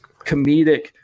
comedic